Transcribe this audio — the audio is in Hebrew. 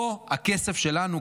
פה הכסף שלנו,